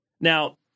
Now